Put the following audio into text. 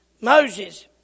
Moses